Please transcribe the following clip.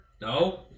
no